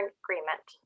agreement